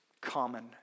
common